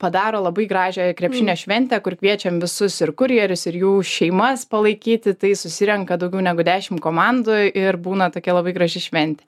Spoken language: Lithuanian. padaro labai gražią krepšinio šventę kur kviečiam visus ir kurjerius ir jų šeimas palaikyti tai susirenka daugiau negu dešimt komandų ir būna tokia labai graži šventė